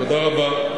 תודה רבה.